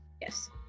yes